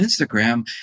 Instagram